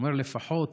הוא אומר: לפחות